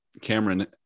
Cameron